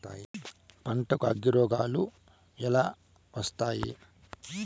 పంటకు అగ్గిరోగాలు ఎలా వస్తాయి?